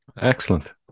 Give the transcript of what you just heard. Excellent